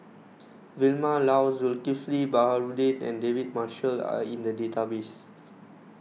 Vilma Laus Zulkifli Baharudin and David Marshall are in the database